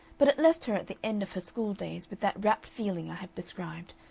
but it left her at the end of her school days with that wrapped feeling i have described,